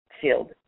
field